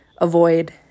avoid